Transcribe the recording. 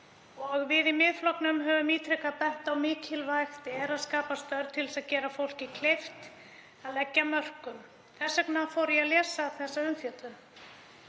og við í Miðflokknum höfum ítrekað bent á að mikilvægt er að skapa störf til að gera fólki kleift að leggja sitt af mörkum. Þess vegna fór ég að lesa þessa umfjöllun.